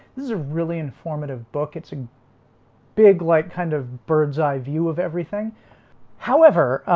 this is a really informative book. it's a big like kind of bird's-eye view of everything however,